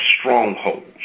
strongholds